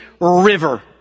river